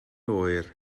oer